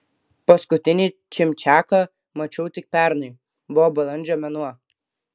paskutinį čimčiaką mačiau tik pernai buvo balandžio mėnuo